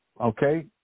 Okay